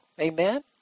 Amen